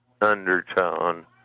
undertone